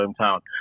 hometown